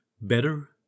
better